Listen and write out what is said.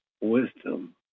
wisdom